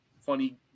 funny